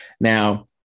Now